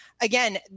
again